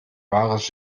wahres